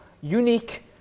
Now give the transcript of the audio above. unique